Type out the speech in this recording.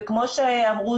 כמו שאמרו,